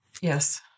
Yes